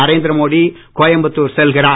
நரேந்திர மோடி கோயம்புத்தூர் செல்கிறார்